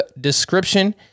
description